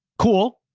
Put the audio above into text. cool.